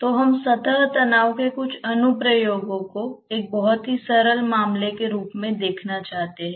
तो हम सतह तनाव के कुछ अनुप्रयोगों को एक बहुत ही सरल मामले के रूप में देखना चाहते हैं